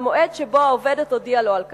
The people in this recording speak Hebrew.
מהמועד שבו הודיעה לו העובדת על כך.